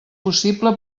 possible